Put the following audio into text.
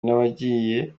n’abagiye